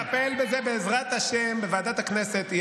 נטפל בזה, בעזרת השם, בוועדת הכנסת.